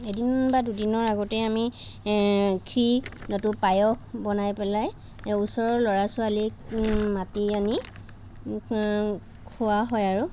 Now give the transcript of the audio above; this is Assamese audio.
এদিন বা দুদিনৰ আগতেই আমি খীৰ নতুবা পায়স বনাই পেলাই ওচৰৰ ল'ৰা ছোৱালীক মাতি আনি খোওৱা হয় আৰু